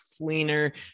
Fleener